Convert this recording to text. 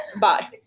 Bye